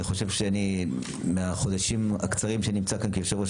אני חושב שמהחודשים הקצרים שאני נמצא כאן כיושב-ראש